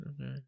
Okay